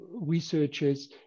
researchers